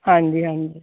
ਹਾਂਜੀ ਹਾਂਜੀ